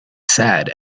sad